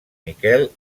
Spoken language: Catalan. miquel